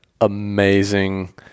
amazing